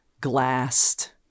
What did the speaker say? glassed